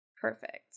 Perfect